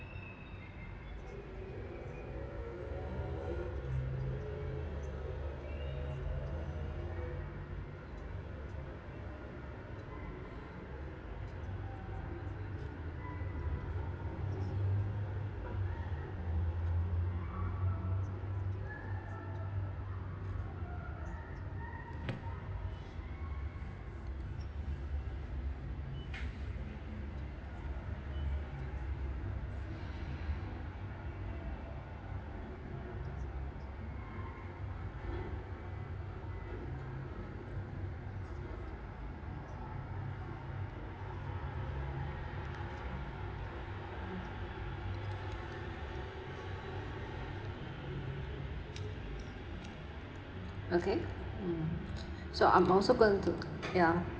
okay mm so I'm also going to ya